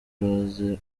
rose